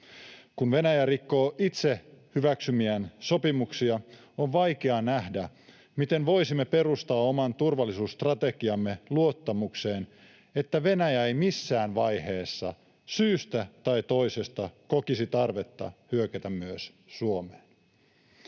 Kun Venäjä rikkoo itse hyväksymiään sopimuksia, on vaikea nähdä, miten voisimme perustaa oman turvallisuusstrategiamme luottamukseen, että Venäjä ei missään vaiheessa syystä tai toisesta kokisi tarvetta hyökätä myös Suomeen.